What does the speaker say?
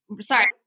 sorry